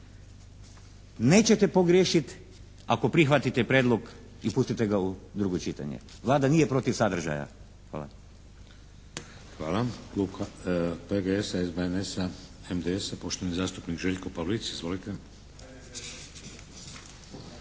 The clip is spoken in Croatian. Nećete pogriješiti ako prihvatite prijedlog i pustite ga u drugo čitanje. Vlada nije protiv sadržaja. Hvala.